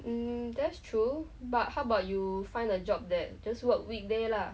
um that's true but how about you find a job that just work weekday lah